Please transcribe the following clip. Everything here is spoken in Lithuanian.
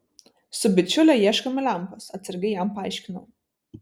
su bičiule ieškome lempos atsargiai jam paaiškinau